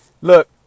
look